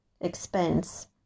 expense